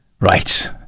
Right